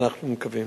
אנחנו מקווים.